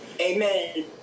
amen